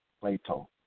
Plato